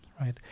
right